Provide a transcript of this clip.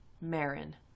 Marin